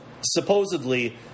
supposedly